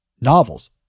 novels